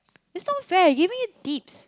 is not fair I giving you tips